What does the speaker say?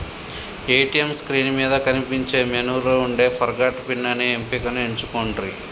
ATM screen మీద కనిపించే మెనూలో వుండే ఫర్గాట్ పిన్ అనే ఎంపికను ఎంచుకొండ్రి